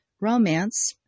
romance